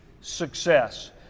success